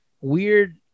weird